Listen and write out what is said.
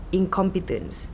incompetence